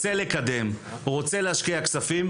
רוצה לקדם ולהשקיע כספים,